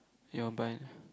your bun